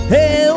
Hey